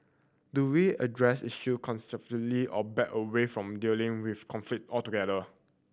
do we address issue constructively or back away from dealing with conflict altogether